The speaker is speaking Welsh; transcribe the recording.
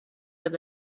oedd